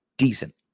decent